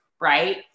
right